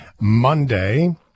monday